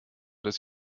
dass